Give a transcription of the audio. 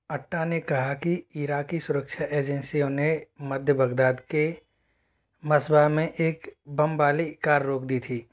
अट्टा ने कहा कि इराकी सुरक्षा एजेंसियों ने मध्य बगदाद के मस्बाह में एक बम वाली कार रोक दी थी